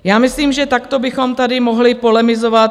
Já myslím, že takto bychom tady mohli polemizovat.